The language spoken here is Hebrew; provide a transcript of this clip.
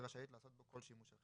היא לא יכולה להשית עליו את הבעיה שהוא